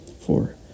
four